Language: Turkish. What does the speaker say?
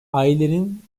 ailenin